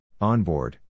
onboard